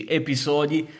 episodi